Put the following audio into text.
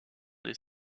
les